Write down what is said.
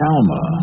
Alma